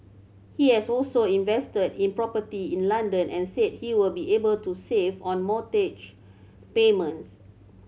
he has also invested in property in London and said he will be able to save on mortgage payments